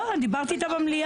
לא, אני דיברתי איתה במליאה.